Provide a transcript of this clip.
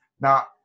Now